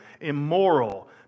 immoral